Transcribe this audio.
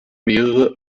mehrere